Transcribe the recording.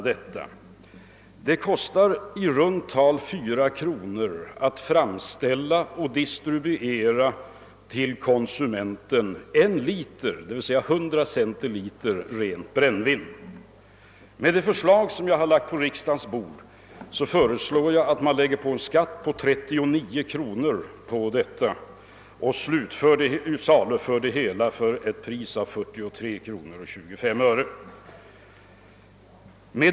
Det kostar i runt tal fyra kronor att framställa och till konsumenterna distribuera en liter, d.v.s. 100 centiliter, rent brännvin. Det förslag som jag lagt på riksdagens bord innebär att man lägger en skatt på 39 kronor till detta och saluför produkten för ett pris av 43 kronor 25 öre.